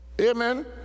Amen